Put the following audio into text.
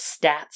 stats